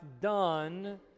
done